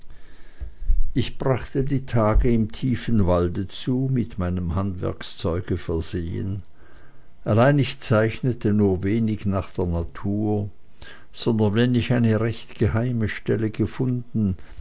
ich brachte die tage im tiefen walde zu mit meinem handwerkszeuge versehen allein ich zeichnete nur wenig nach der natur sondern wenn ich eine recht geheime stelle gefunden